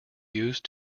used